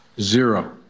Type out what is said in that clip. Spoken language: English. Zero